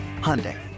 Hyundai